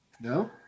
No